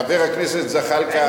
חבר הכנסת זחאלקה,